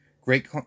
Great